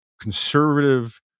conservative